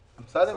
השר אמסלם.